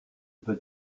peux